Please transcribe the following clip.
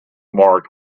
marked